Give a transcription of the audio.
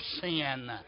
sin